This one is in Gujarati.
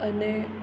અને